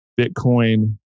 Bitcoin